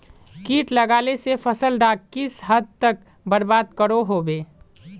किट लगाले से फसल डाक किस हद तक बर्बाद करो होबे?